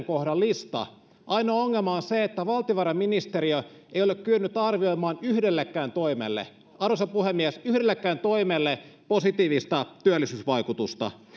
kohdan lista ainoa ongelma on se että valtiovarainministeriö ei ole kyennyt arvioimaan yhdellekään toimelle arvoisa puhemies yhdellekään toimelle positiivista työllisyysvaikutusta